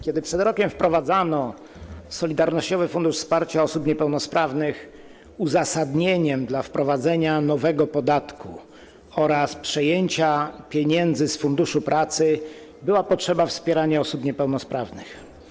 Kiedy przed rokiem wprowadzano Solidarnościowy Fundusz Wsparcia Osób Niepełnosprawnych, uzasadnieniem dla wprowadzenia nowego podatku oraz przejęcia pieniędzy z Funduszu Pracy była potrzeba wspierania osób niepełnosprawnych.